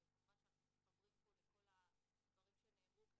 אז כמובן שאנחנו מתחברים פה לכל הדברים שנאמרו.